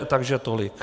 Takže tolik.